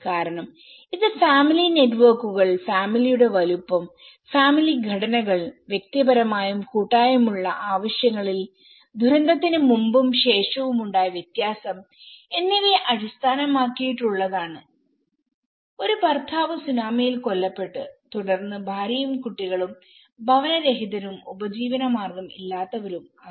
കാരണം ഇത് ഫാമിലി നെറ്റ്വർക്കുകൾ ഫാമിലി യുടെ വലുപ്പം ഫാമിലി ഘടനകൾ വ്യക്തിപരമായും കൂട്ടായും ഉള്ള ആവശ്യങ്ങളിൽ ദുരന്തത്തിന് മുമ്പും ശേഷവും ഉണ്ടായ വ്യത്യാസം എന്നിവയെ അടിസ്ഥാനമാക്കിയിട്ടുള്ളതാണ് ഒരു ഭർത്താവ് സുനാമിയിൽ കൊല്ലപ്പെട്ടു തുടർന്ന് ഭാര്യയും കുട്ടികളും ഭവനരഹിതരും ഉപജീവനമാർഗം ഇല്ലാത്തവരും ആയി